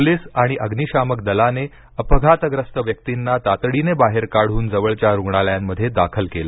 police आणि अग्निशामक दलाने अपघातग्रस्त व्यक्तिंना तातडीने बाहेर काढून जवळच्या रुग्णालयांमध्ये दाखल केलं